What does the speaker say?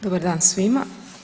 Dobar dan svima.